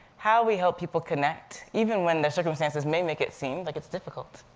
how we help people connect, even when their circumstances may make it seem like it's difficult.